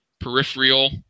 peripheral